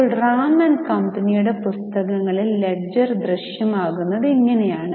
ഇപ്പോൾറാം and കമ്പനിയുടെ പുസ്തകങ്ങളിൽ ledger ദൃശ്യമാകുന്നത് ഇങ്ങനെയാണ്